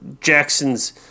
Jackson's